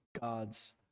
god's